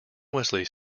wesley